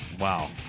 Wow